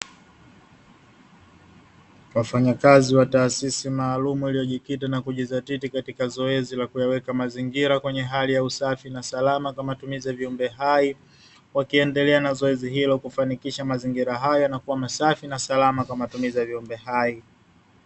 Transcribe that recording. Wafanyakazi wa taasisi maalumu iliyojikita na kujizatiti katika zoezi la kuyaweka mazingira, kwenye hali ya usafi na salama, kwa matumizi ya viumbe hai, wakiendelea na zoezi hilo kufanikisha mazingira hayo yanakuwa safi na salama, kwa matumizi ya viumbe hai.